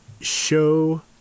show